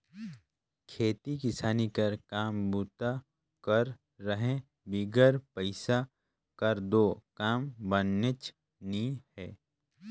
खेती किसानी कर काम बूता कर रहें बिगर पइसा कर दो काम बननेच नी हे